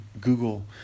Google